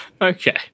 Okay